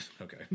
okay